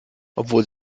obwohl